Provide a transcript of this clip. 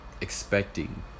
expecting